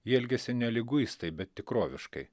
ji elgiasi ne liguistai bet tikroviškai